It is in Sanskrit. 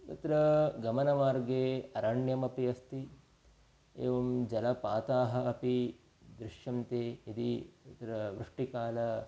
तत्र गमनमार्गे अरण्यमपि अस्ति एवं जलपाताः अपि दृश्यन्ते यदि तत्र वृष्टिकाले